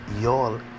y'all